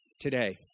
Today